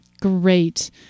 Great